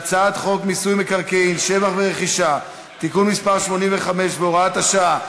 חוק מיסוי מקרקעין (שבח ורכישה) (תיקון מס' 85 והוראת השעה),